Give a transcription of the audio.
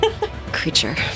creature